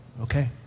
okay